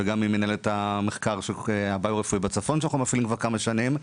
עם מנהלת המחקר הביו-רפואי בצפון שאנחנו מפעילים כבר כמה שנים.